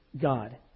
God